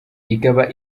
ikaba